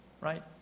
right